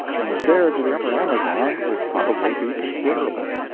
and the fare to the upper amazon would probably be considerable.